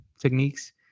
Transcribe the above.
techniques